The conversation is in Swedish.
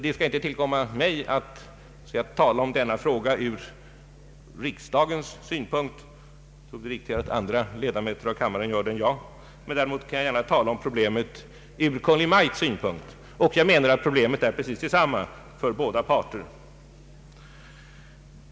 Det tillkommer inte mig att tala i denna fråga från riksdagens synpunkt. Jag tror att det är riktigare att andra ledamöter av kammaren än jag gör det. Däremot kan jag ta upp problemet från Kungl. Maj:ts synpunkt. Jag menar att problemet är precis detsam ma för båda parter.